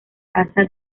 casa